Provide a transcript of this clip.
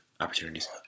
opportunities